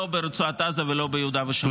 לא ברצועת עזה ולא ביהודה ושומרון.